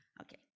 Okay